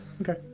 Okay